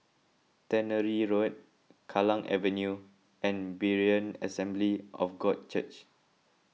Tannery Road Kallang Avenue and Berean Assembly of God Church